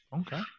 Okay